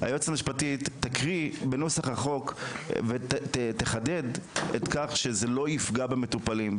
היועצת המשפטית תקריאי בנוסח החוק ותחדד את זה שזה לא יפגע במטופלים.